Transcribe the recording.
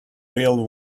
real